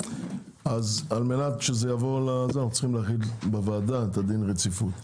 על מנת שזה יעבור אנחנו צריכים להחיל בוועדה את דין הרציפות.